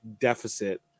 deficit